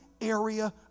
area